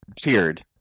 cheered